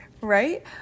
right